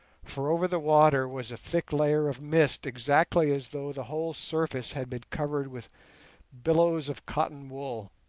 for over the water was a thick layer of mist exactly as though the whole surface had been covered with billows of cotton wool.